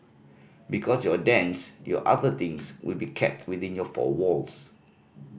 because your dance your other things will be kept within your four walls